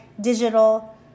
digital